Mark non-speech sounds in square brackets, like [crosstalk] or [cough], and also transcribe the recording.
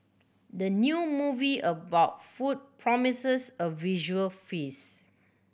the new movie about food promises a visual [unintelligible]